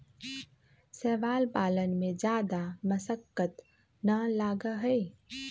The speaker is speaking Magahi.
शैवाल पालन में जादा मशक्कत ना लगा हई